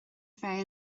bheith